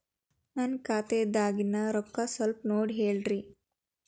ನನ್ನ ಖಾತೆದಾಗಿನ ರೊಕ್ಕ ಸ್ವಲ್ಪ ನೋಡಿ ಹೇಳ್ರಿ